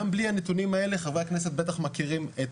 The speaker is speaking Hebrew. גם בלי הנתונים האלה חברי הכנסת בטח מכירים את